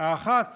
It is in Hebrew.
האחת